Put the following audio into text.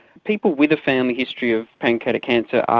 people with a family history of pancreatic cancer,